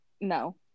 No